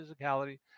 physicality